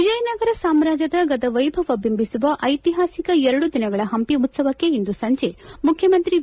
ವಿಜಯನಗರ ಸಾಮ್ರಾಜ್ಯದ ಗತವ್ನೆಭವ ಬಿಂಬಿಸುವ ಐತಿಹಾಸಿಕ ಹಂಪಿ ಉತ್ತವಕ್ಕೆ ಇಂದು ಸಂಜೆ ಮುಖ್ಯಮಂತ್ರಿ ಬಿ